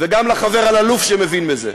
וגם לחבר אלאלוף, שמבין בזה,